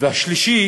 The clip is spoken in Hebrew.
שלישי